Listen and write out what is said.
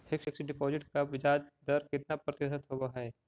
Fix deposit का ब्याज दर कितना प्रतिशत होब है?